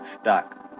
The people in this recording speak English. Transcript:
stuck